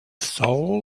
soul